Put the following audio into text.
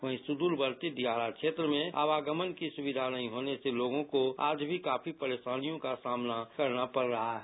वहीं सुद्रवर्ती दियारा क्षेत्र में आवागमन की सुविधा नहीं होने से लोगों से आज भी काफी परेशानियों का सामना करना पड़ रहा है